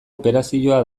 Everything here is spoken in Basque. operazioa